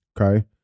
okay